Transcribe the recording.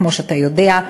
כמו שאתה יודע.